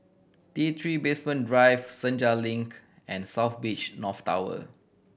T Three Basement Drive Senja Link and South Beach North Tower